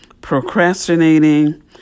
procrastinating